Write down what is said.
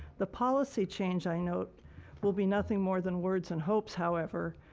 the policy change i note will be nothing more than words and hopes, however,